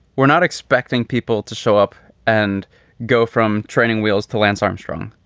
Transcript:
we're not expecting people to show up and go from training wheels to lance armstrong,